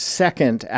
second